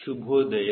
ಶುಭೋದಯ